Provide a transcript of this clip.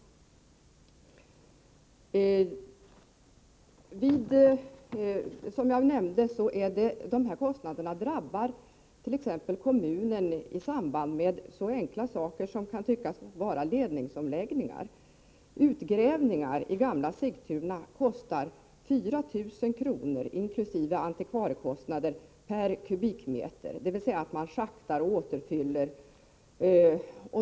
Som jag nämnde drabbas kommunen av kostnader i samband med så enkla saker som t.ex. ledningsomläggningar. Utgrävningar av gamla Sigtuna kostar 4 000 kr. per kubikmeter, inkl. antikvariekostnader. Det är alltså fråga om kostnader för att schakta och återfylla.